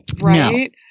Right